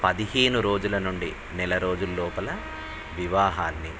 పదిహేను రోజుల నుండి నెల రోజుల లోపల వివాహాన్ని